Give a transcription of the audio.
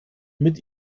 mit